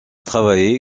travaillé